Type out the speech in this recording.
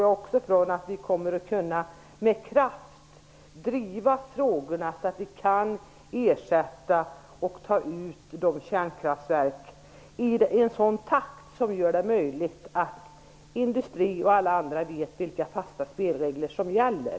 Jag utgår från att vi med kraft kommer att driva frågorna för att ersätta och ta kärnkraftsverk ur drift i en sådan takt som gör det möjligt att industrin och alla andra vet vilka fasta spelregler som gäller.